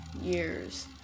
year's